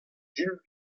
din